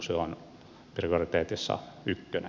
se on prioriteeteissa ykkönen